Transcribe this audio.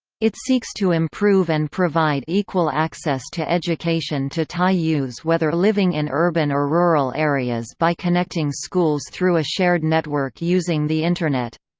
it seeks to improve and provide equal access to education to thai youths whether living in urban or rural areas by connecting schools through a shared network using the internet.